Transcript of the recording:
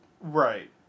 right